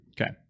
Okay